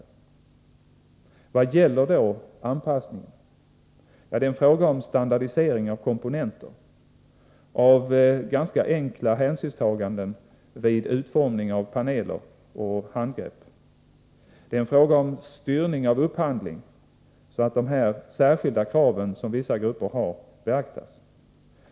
När det gäller anpassningen är det en fråga om standardisering av komponenter och ganska enkla hänsynstaganden vid utformning av paneler och handgrepp. Det är en fråga om styrning av upphandlingen, så att dessa särskilda krav som vissa grupper har beaktas.